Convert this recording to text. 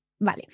Vale